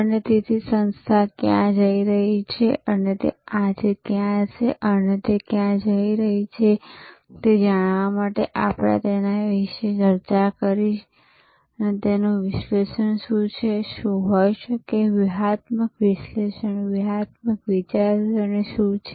અને તેથી સંસ્થા ક્યાં જઈ રહી છે તે આજે ક્યાં છે અને તે ક્યાં જઈ રહી છે તે જાણવા માટે આપણે તેના વિશે ચર્ચા કરી તેનું વિશ્લેષણ શું છે અને શું હોઈ શકે વ્યૂહાત્મક વિશ્લેષણ વ્યૂહાત્મક વિચારસરણી શું છે